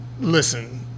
listen